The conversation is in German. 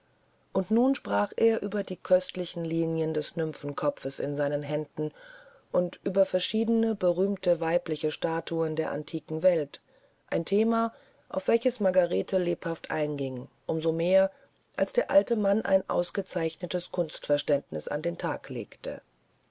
und nun sprach er über die köstlichen linien des nymphenkopfes in seinen händen und über verschiedene berühmte weibliche statuen der antiken welt ein thema auf welches margarete lebhaft einging um so mehr als der alte mann ein ausgezeichnetes kunstverständnis an den tag legte